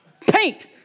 Paint